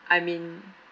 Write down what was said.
I mean